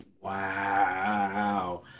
Wow